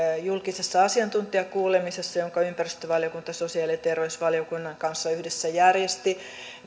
julkisessa asiantuntijakuulemisessa jonka ympäristövaliokunta sosiaali ja terveysvaliokunnan kanssa yhdessä järjesti